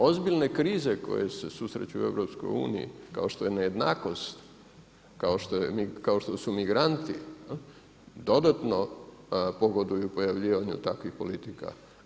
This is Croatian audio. Ozbiljne krize koje se susreću u EU kao što je nejednakost, kao što su migranti dodatno pogoduju pojavljivanju takvih politika.